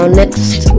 next